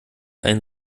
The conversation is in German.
ein